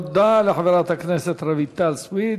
תודה לחברת הכנסת רויטל סויד.